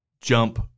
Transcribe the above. jump